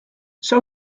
zou